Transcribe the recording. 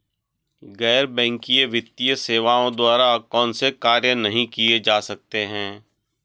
गैर बैंकिंग वित्तीय सेवाओं द्वारा कौनसे कार्य नहीं किए जा सकते हैं?